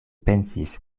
pensis